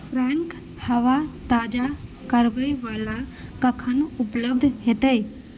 Frank हवा ताजा करैवला कखन उपलब्ध हेतै